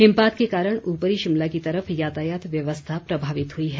हिमपात के कारण ऊपरी शिमला की तरफ यातायात व्यवस्था प्रभावित हुई है